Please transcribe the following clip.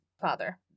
father